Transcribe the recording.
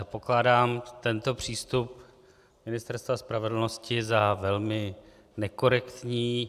Pokládám tento přístup Ministerstva spravedlnosti za velmi nekorektní.